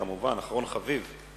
כמובן, אחרון חביב.